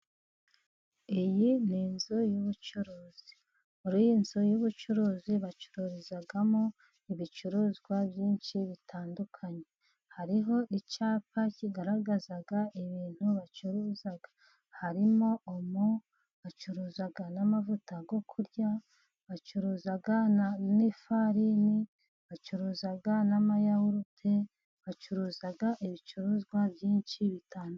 Iyi ni inzu y'ubucuruzi, muri iyi nzu y'ubucuruzi bacururizamo ibicuruzwa byinshi bitandukanye, hariho icyapa kigaragaza ibintu bacuruza harimo: omo bacuruza n'amavuta yo kurya, bacuruza n'ifarini bacuruza n'amayawurute, bacuruza ibicuruzwa byinshi bitandukanye.